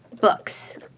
books